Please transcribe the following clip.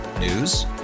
News